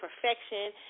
perfection